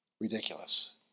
ridiculous